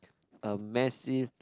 a massive